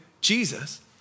Jesus